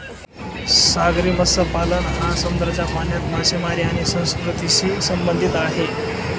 सागरी मत्स्यपालन हा समुद्राच्या पाण्यात मासेमारी आणि संस्कृतीशी संबंधित आहे